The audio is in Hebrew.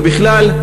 ובכלל,